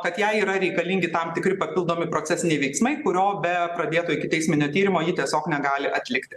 kad jai yra reikalingi tam tikri papildomi procesiniai veiksmai kurio be pradėto ikiteisminio tyrimo ji tiesiog negali atlikti